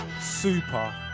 super